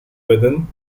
within